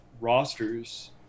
rosters